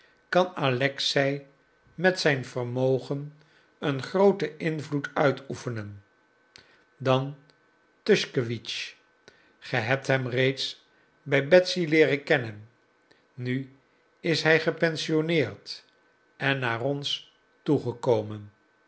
kan alexei met zijn vermogen een grooten invloed uitoefenen dan tuschkewitsch ge hebt hem reeds bij betsy leeren kennen nu is hij gepensionneerd en naar ons toegekomen